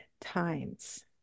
times